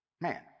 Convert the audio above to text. man